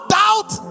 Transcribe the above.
doubt